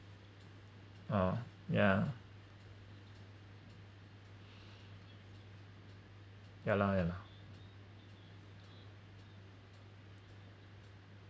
ah ya ya lah ya lah